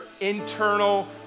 internal